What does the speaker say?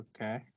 Okay